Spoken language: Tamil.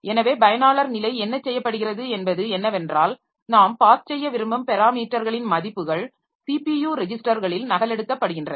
எனவே பயனாளர் நிலை என்ன செய்யப்படுகிறது என்பது என்னவென்றால் நாம் பாஸ் செய்ய விரும்பும் பெராமீட்டர்களின் மதிப்புகள் ஸிபியு ரெஜிஸ்டர்களில் நகலெடுக்கப்படுகின்றன